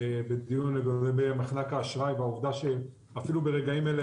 בדיון לגבי מחנק האשראי והעובדה שאפילו ברגעים אלה,